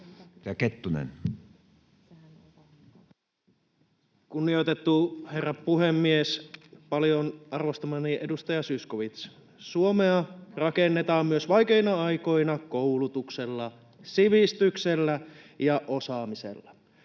Kettunen. Kunnioitettu herra puhemies! Paljon arvostamani edustaja Zyskowicz: Suomea rakennetaan myös vaikeina aikoina koulutuksella, sivistyksellä ja osaamisella.